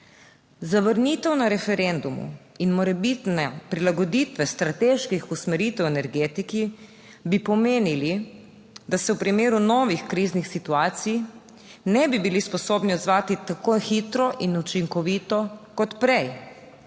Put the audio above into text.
Zavrnitev na referendumu in morebitne prilagoditve strateških usmeritev v energetiki bi pomenili, da se v primeru novih kriznih situacij ne bi bili sposobni odzvati tako hitro in učinkovito kot prej.